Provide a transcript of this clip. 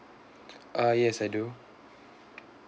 ah yes I do